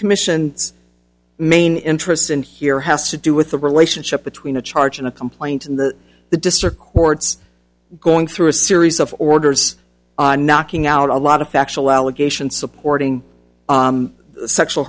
commission its main interest in here has to do with the relationship between a charge and a complaint and the the district court's going through a series of orders and knocking out a lot of factual allegations supporting sexual